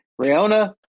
Riona